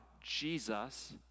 Jesus